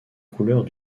couleurs